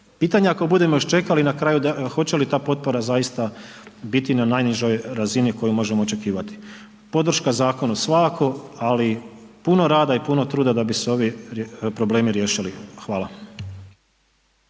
Pitanje ako budemo još čekali na kraju hoće li ta potpora zaista biti na najnižoj razini koju možemo očekivati. Podrška zakonu svakako ali puno rada i puno truda da bi se ovi problemi riješili. Hvala.